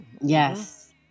Yes